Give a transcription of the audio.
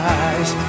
eyes